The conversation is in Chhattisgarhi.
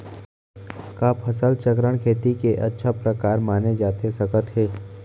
का फसल चक्रण, खेती के अच्छा प्रकार माने जाथे सकत हे?